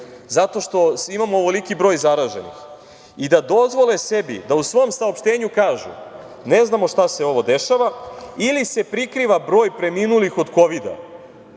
zato što imamo ovoliki broj zaraženih i da dozvole sebi da u svom saopštenju kažu – ne znamo šta se ovo dešava, ili se prikriva broj preminulih od kovida